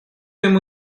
ему